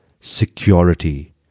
security